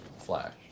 flash